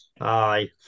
Aye